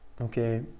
okay